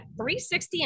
360